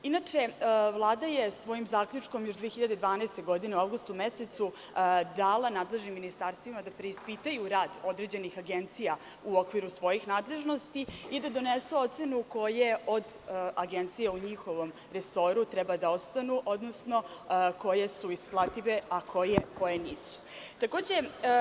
Inače, Vlada je svojim zaključkom još u avgustu 2012. godine dala nadležnim ministarstvima da preispitaju rad određenih agencija u okviru svojih nadležnosti i da donesu ocenu koja od agencija u njihovom resoru treba da ostane, odnosno koje su isplative a koje nisu isplative.